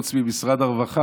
חוץ ממשרד הרווחה,